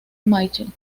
michel